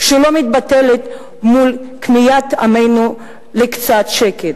שלא מתבטלת מול כמיהת עמנו לקצת שקט,